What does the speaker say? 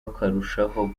akarushaho